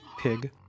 pig